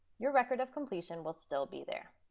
your record of completion will still be there.